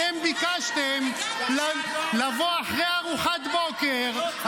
--- אתם ביקשתם לבוא אחרי ארוחת בוקר,